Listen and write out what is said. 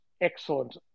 excellent